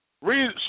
read